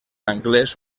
anglès